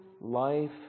life